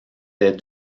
des